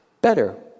better